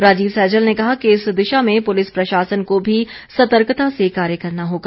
राजीव सैजल ने कहा कि इस दिशा में पुलिस प्रशासन को भी सतर्कता से कार्य करना होगा